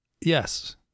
Yes